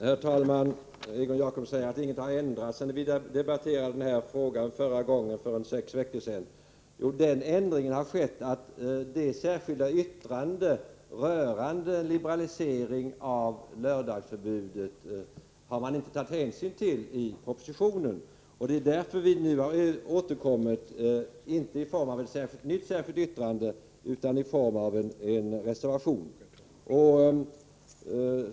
Herr talman! Egon Jacobsson säger att ingenting har ändrats sedan vi debatterade frågan förra gången, för ca sex veckor sedan. Jo, det har det. Man har inte i propositionen tagit hänsyn till det särskilda yttrande som vi då hade. Därför har vi nu återkommit, men inte med ett nytt särskilt yttrande utan med en reservation.